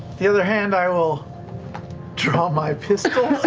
the other hand i will draw my pistol